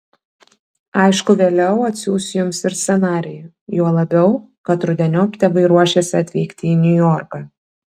aišku vėliau atsiųs jums ir scenarijų juo labiau kad rudeniop tėvai ruošiasi atvykti į niujorką